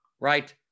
Right